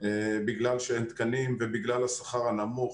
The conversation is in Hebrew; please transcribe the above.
בגלל שאין תקנים ובגלל השכר הנמוך.